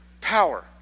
power